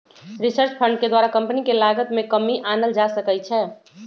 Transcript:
research fund के द्वारा company के लागत में कमी आनल जा सकइ छै